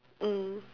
mm